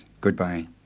Goodbye